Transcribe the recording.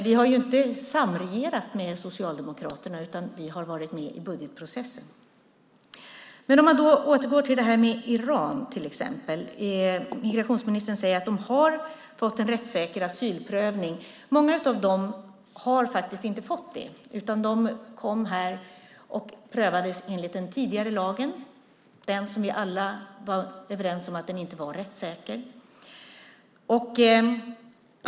Vi har inte samregerat med Socialdemokraterna, utan vi har varit med i budgetprocessen. Låt oss återgå till det här med Iran till exempel. Migrationsministern säger att iranierna har fått en rättssäker asylprövning. Många av dem har faktiskt inte fått det, utan de prövades enligt den tidigare lagen, som vi alla var överens om inte var rättssäker.